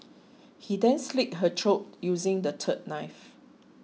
he then slit her throat using the third knife